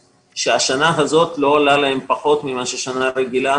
שהשנה הזו לא עולה להם פחות לעומת שנה רגילה,